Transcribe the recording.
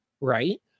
right